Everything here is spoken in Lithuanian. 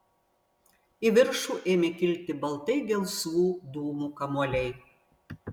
į viršų ėmė kilti baltai gelsvų dūmų kamuoliai